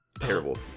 Terrible